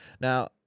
Now